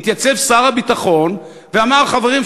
התייצב שר הביטחון ואמר: חברים,